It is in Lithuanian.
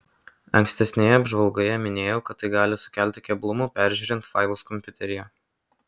ankstesnėje apžvalgoje minėjau kad tai gali sukelti keblumų peržiūrint failus kompiuteryje